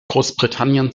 großbritannien